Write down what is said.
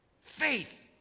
faith